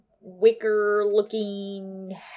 wicker-looking